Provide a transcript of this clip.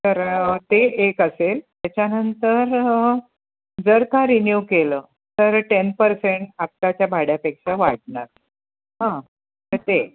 तर ते एक असेल त्याच्यानंतर जर का रिन्यू केलं तर टेन पर्सेंट आत्ताच्या भाड्यापेक्षा वाढणार हां तर ते